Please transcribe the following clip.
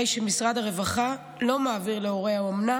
משרד הרווחה לא מעביר להורי האומנה